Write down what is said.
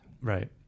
Right